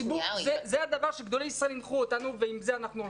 זה הדבר שגדולי ישראל הנחו אותנו ועם זה אנחנו הולכים.